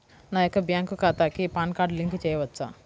నా యొక్క బ్యాంక్ ఖాతాకి పాన్ కార్డ్ లింక్ చేయవచ్చా?